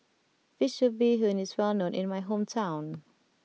Fish Soup Bee Hoon is well known in my hometown